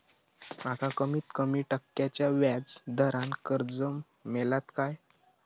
माका कमीत कमी टक्क्याच्या व्याज दरान कर्ज मेलात काय?